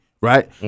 right